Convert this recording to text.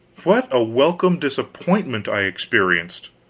what a welcome disappointment i experienced!